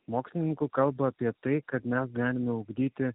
mokslininkų kalba apie tai kad mes galime ugdyti